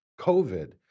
COVID